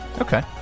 Okay